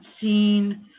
seen